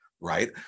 right